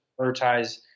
prioritize